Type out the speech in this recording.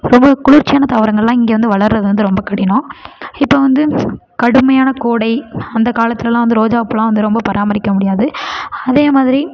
ரொம்ப குளிர்ச்சியான தாவரங்கள்லாம் இங்கே வந்து வளர்வது வந்து ரொம்ப கடினம் இப்போ வந்து கடுமையான கோடை அந்தக் காலத்துலலாம் வந்து ரோஜாப் பூலாம் வந்து ரொம்ப பராமரிக்க முடியாது அதே மாதிரி